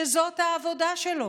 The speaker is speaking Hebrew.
שזאת העבודה שלו,